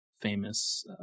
famous